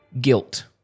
Guilt